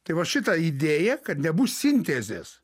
tai va šitą idėją kad nebus sintezės